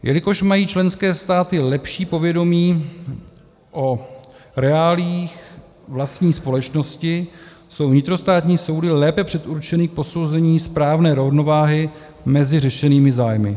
Jelikož mají členské státy lepší povědomí o reáliích vlastní společnosti, jsou vnitrostátní soudy lépe předurčeny k posouzení správné rovnováhy mezi řešenými zájmy.